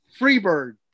Freebird